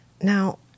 Now